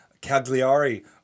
Cagliari